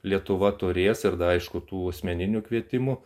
lietuva turės ir da aišku tų asmeninių kvietimų